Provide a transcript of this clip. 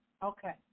Okay